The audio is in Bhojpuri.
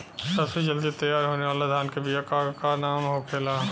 सबसे जल्दी तैयार होने वाला धान के बिया का का नाम होखेला?